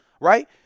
right